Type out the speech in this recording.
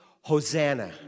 Hosanna